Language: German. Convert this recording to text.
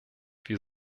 wir